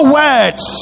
words